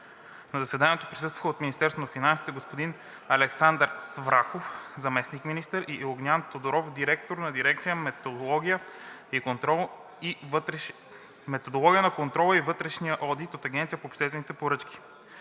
На заседанието присъстваха – от Министерството на финансите: господин Александър Свраков – заместник-министър, и господин Огнян Тодоров – директор на дирекция „Методология на контрола и вътрешния одит“; от Агенцията по обществени поръчки: